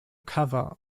cover